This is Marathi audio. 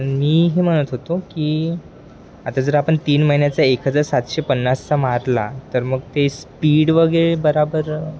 मी हे म्हणत होतो की आता जर आपण तीन महिन्याचा एक हजार सातशे पन्नासचा मारला तर मग ते स्पीड वगैरे बराेबर